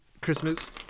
Christmas